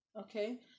okay